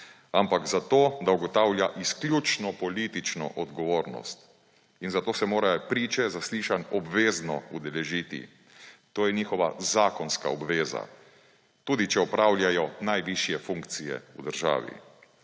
ampak zato, da ugotavlja izključno politično odgovornost; in zato se morajo priče zaslišanj obvezno udeležiti. To je njihova zakonska obveza, tudi če opravljajo najvišje funkcije v državi.